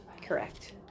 Correct